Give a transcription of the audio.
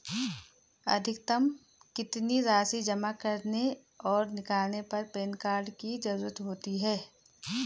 अधिकतम कितनी राशि जमा करने और निकालने पर पैन कार्ड की ज़रूरत होती है?